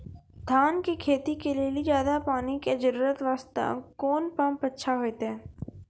धान के खेती के लेली ज्यादा पानी के जरूरत वास्ते कोंन पम्प अच्छा होइते?